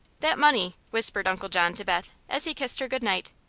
that money, whispered uncle john to beth, as he kissed her good night,